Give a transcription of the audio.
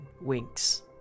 winks